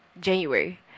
January